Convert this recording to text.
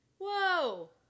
Whoa